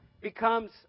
becomes